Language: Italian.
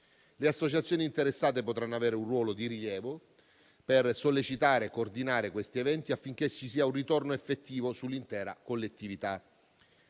Le associazioni interessate potranno avere un ruolo di rilievo per sollecitare e coordinare questi eventi, affinché ci sia un ritorno effettivo sull'intera collettività.